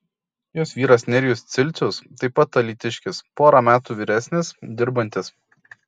jos vyras nerijus cilcius taip pat alytiškis pora metų vyresnis dirbantis